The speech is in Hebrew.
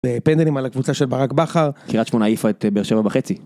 פנדלים על הקבוצה של ברק בכר, קריאת שמונה העיפה את באר שבע בחצי.